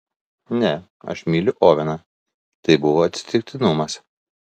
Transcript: ne aš myliu oveną tai buvo atsitiktinumas